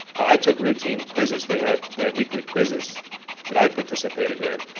i took routine quizzes. they had they had weekly quizzes that i participated in,